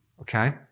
okay